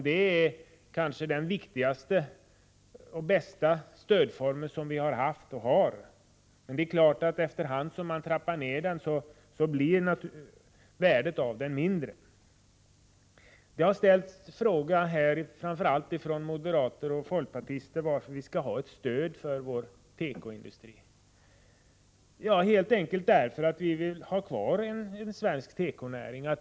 Det är kanske den viktigaste och bästa stödform som vi har haft och har. Efter hand som man trappar ner det blir naturligtvis värdet av det mindre. Moderater och folkpartister har här frågat varför vi skall ge ett stöd till vår tekoindustri. Helt enkelt därför att vi vill ha kvar ,en svensk tekonäring.